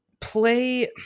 play